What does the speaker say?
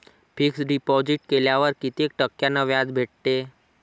Fix deposit केल्यावर कितीक टक्क्यान व्याज भेटते?